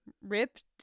ripped